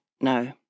No